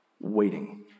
waiting